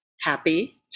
happy